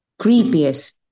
creepiest